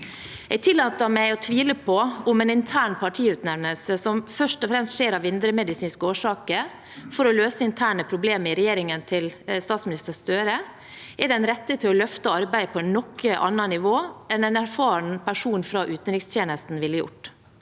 Jeg tillater meg å tvile på om en intern partiutnevnelse som først og fremst skjer av indremedisinske årsaker for å løse interne problemer i regjeringen til statsminister Støre, er den rette til å løfte arbeidet til et annet nivå enn en erfaren person fra utenrikstjenesten ville gjort.